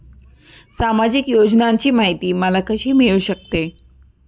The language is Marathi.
सामाजिक योजनांची माहिती मला कशी मिळू शकते?